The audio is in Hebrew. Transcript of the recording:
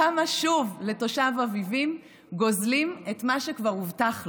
למה שוב מתושב אביבים גוזלים את מה שכבר הובטח לו?